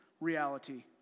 reality